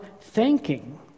thanking